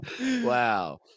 Wow